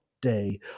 day